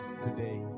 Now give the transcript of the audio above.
today